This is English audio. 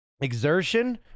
exertion